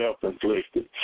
self-inflicted